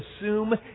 assume